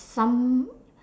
some